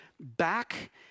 back